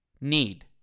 need